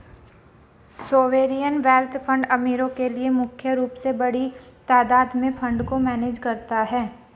sovereign wealth fund अमीरो के लिए मुख्य रूप से बड़ी तादात में फंड को मैनेज करता है